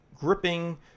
gripping